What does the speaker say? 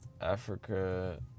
Africa